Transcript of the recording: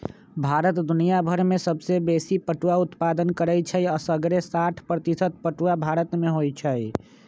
भारत दुनियाभर में सबसे बेशी पटुआ उत्पादन करै छइ असग्रे साठ प्रतिशत पटूआ भारत में होइ छइ